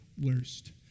worst